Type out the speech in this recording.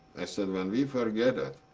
i said, when we forget it,